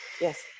Yes